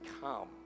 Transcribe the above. come